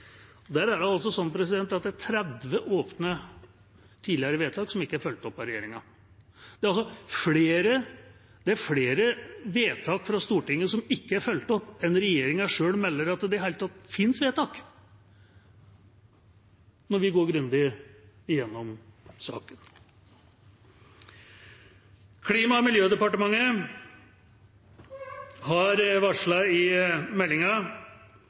Der er det slik at det er 30 åpne tidligere vedtak som ikke er fulgt opp av regjeringa. Det er flere vedtak fra Stortinget som ikke er fulgt opp, enn det regjeringa sjøl melder i det hele tatt finnes av vedtak, når vi går grundig gjennom sakene. Klima- og miljødepartementet har varslet i meldinga